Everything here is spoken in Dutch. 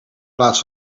plaats